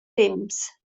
temps